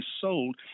sold